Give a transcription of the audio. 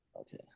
Okay